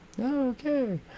Okay